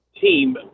team